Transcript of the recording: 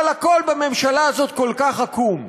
הכול בממשלה הזאת כל כך עקום.